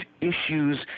issues